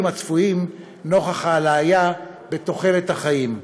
הצפויים נוכח העלייה בתוחלת החיים.